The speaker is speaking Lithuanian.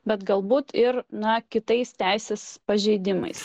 bet galbūt ir na kitais teisės pažeidimais